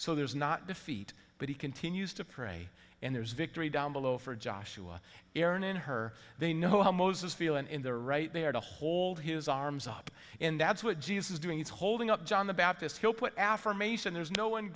so there's not defeat but he continues to pray and there's victory down below for joshua aaron in her they know how moses feel and in their right they are to hold his arms up and that's what jesus is doing is holding up john the baptist he'll put affirmation there's no one